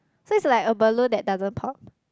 so it's like a balloon that doesn't pop